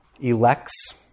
elects